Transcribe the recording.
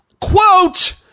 Quote